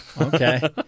Okay